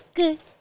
good